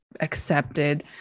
accepted